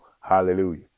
hallelujah